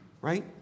Right